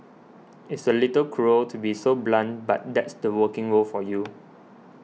it's a little cruel to be so blunt but that's the working world for you